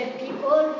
people